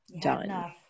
done